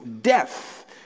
death